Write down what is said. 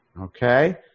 Okay